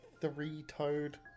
three-toed